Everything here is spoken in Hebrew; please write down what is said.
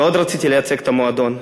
מאוד רציתי לייצג את המועדון,